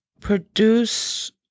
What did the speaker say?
produce